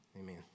Amen